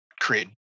create